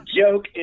joke